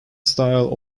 style